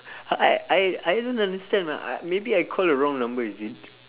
I I I don't understand ah I maybe I call the wrong number is it